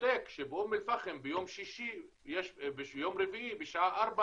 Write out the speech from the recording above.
בודק שבאום אל פחם ביום רביעי בשעה ארבע